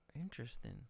Interesting